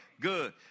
Good